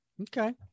Okay